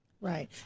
Right